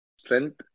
strength